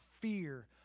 fear